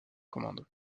commande